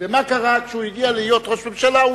ומה קרה כשהוא הגיע להיות ראש ממשלה?